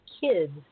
kids